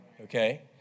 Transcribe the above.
Okay